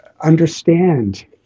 understand